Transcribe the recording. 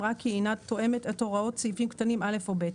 אם ראה כי היא אינה תואמת את הוראות סעיפים קטנים (א) או (ב).